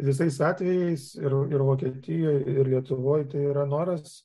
visais atvejais ir ir vokietijoj ir lietuvoj tai yra noras